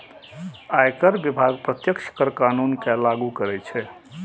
आयकर विभाग प्रत्यक्ष कर कानून कें लागू करै छै